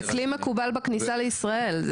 זה כלי מקובל בכניסה לישראל.